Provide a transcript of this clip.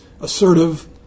assertive